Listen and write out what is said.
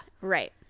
Right